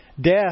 Death